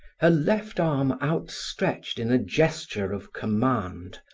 her left arm outstretched in a gesture of command,